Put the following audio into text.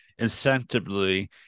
incentively